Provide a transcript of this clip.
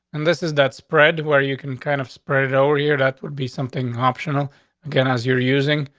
and this is that spread where you can kind of spread over here. that would be something optional again, as you're using,